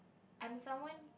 I'm someone